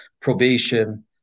probation